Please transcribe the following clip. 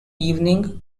evening